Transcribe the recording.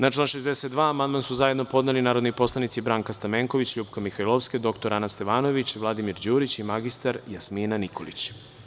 Na član 62. amandman su zajedno podneli narodni poslanici Branka Stamenković, LJupka Mihajlovska, dr Ana Stevanović, Vladimir Đurić i mr Jasmina Nikolić.